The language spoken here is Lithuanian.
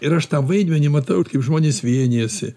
ir aš tą vaidmenį matau ir kaip žmonės vienijasi